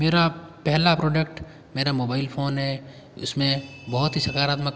मेरा पहला प्रोडक्ट मेरा मोबाइल फोन है इसमें बहुत ही सकारात्मक